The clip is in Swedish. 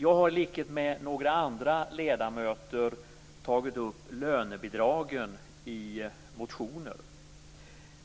Jag har, i likhet med några andra ledamöter, tagit upp lönebidragen i motioner.